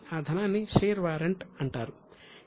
ఆ ధనాన్ని share warrant అంటారు